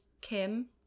Kim